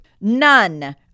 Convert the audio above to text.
None